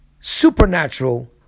supernatural